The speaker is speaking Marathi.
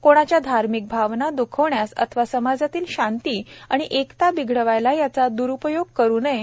कोणाच्या धार्मिक भावना दुखविण्यास अथवा समाजातील शांती आणि एकता बिघडवायला यांचा द्रुपयोग करू नये